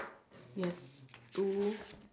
yes two